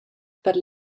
per